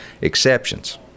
exceptions